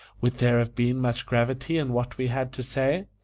would there have been much gravity in what we had to say?